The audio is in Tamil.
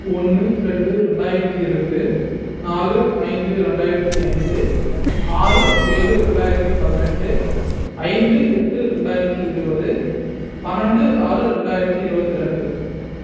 ஒன்று ரெண்டு ரெண்டாயிரத்தி ரெண்டு நாலு ஐந்து ரெண்டாயிரத்தி ஐந்து ஆறு ஏழு ரெண்டாயிரத்தி பதினெட்டு ஐந்து எட்டு ரெண்டாயிரத்தி இருபது பன்னென்டு ஆறு ரெண்டாயிரத்தி இருபத் ரெண்டு